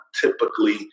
typically